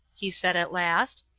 he said, at last.